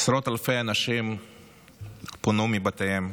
עשרות אלפי אנשים פונו מבתיהם,